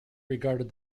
regarded